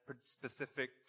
specific